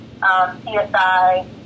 CSI